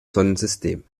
sonnensystem